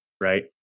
right